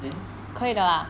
then